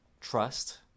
Trust